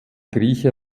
grieche